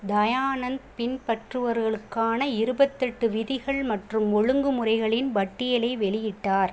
தயானந்த் பின்பற்றுபவர்களுக்கான இருபத்தெட்டு விதிகள் மற்றும் ஒழுங்குமுறைகளின் பட்டியலை வெளியிட்டார்